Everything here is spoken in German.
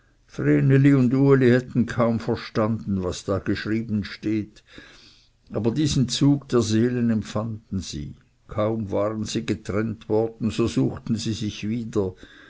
hätten kaum verstanden was da geschrieben steht aber diesen zug der seelen empfanden sie kaum waren sie getrennt worden so suchten sie sich wieder